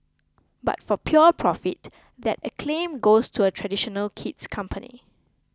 but for pure profit that acclaim goes to a traditional kid's company